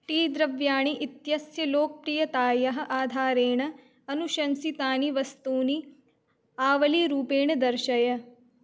T द्रव्याणि इत्यस्य लोकप्रियतायाः आधारेण अनुशंसितानि वस्तूनि आवलीरूपेण दर्शय